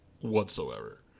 whatsoever